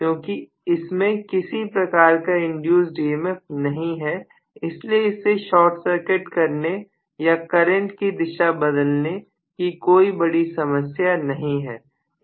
क्योंकि इसमें किसी प्रकार का इंड्यूस emf नहीं है इसलिए इसे शार्ट सर्किट करने या करंट की दिशा बदलने कि कोई बड़ी समस्या नहीं है